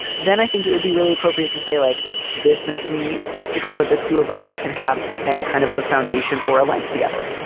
then i think it would be really appropriate to say like this makes me skeptical that the two of us can have any kind of a foundation for a life together.